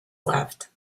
left